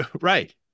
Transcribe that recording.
right